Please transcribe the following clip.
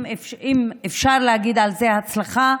אם אפשר להגיד על זה הצלחה,